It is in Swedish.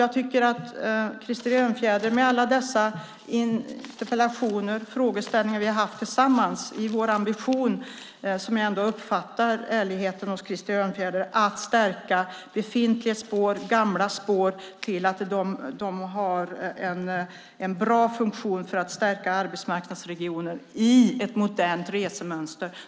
Jag tänker på alla dessa interpellationer och på frågeställningar som vi har haft tillsammans i vår ambition - jag uppfattar ändå en sådan ärlighet hos Krister Örnfjäder - att stärka befintliga spår, gamla spår, så att de har en bra funktion, detta för att stärka arbetsmarknadsregioner, i ett modernt resmönster.